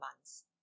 months